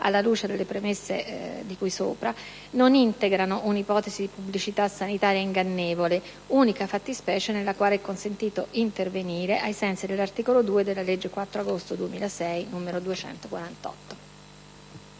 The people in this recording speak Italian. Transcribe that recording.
alla luce delle premesse di cui sopra, non integrano un'ipotesi di pubblicità sanitaria ingannevole, unica fattispecie nella quale è consentito intervenire ai sensi dell'articolo 2 della legge 4 agosto 2006, n. 248.